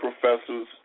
professors